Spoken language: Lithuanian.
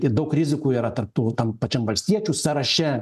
ir daug rizikų yra tarp tų tam pačiam valstiečių sąraše